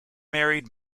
married